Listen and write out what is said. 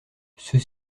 ceux